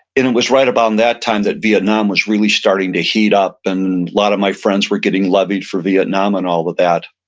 it and was right about and that time that vietnam was really starting to heat up and a lot of my friends were getting levied for vietnam and all but that.